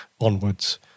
onwards